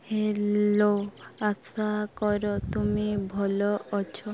hello ଆଶା କର ତୁମେ ଭଲ ଅଛ